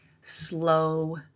Slow